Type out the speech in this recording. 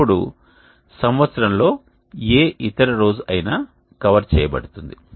అప్పుడు సంవత్సరంలో ఏ ఇతర రోజు అయినా కవర్ చేయబడుతుంది